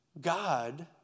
God